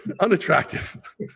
unattractive